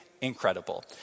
incredible